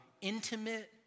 intimate